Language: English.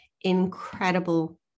incredible